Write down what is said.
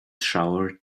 showered